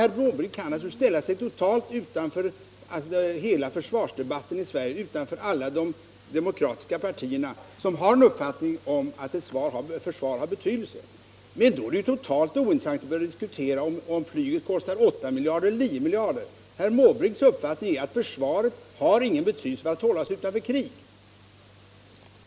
Herr Måbrink kan naturligtvis ställa sig helt utanför den försvarsdebatt som förs i Sverige mellan de demokratiska partierna, vilka har uppfattningen att ett försvar har betydelse. Men i så fall är det också helt ointressant att diskutera om flyget kostar 8 miljarder eller 9 miljarder. Herr Måbrinks uppfattning är att försvaret inte har någon betydelse för att hålla oss utanför krig.